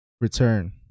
return